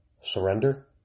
surrender